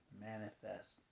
Manifest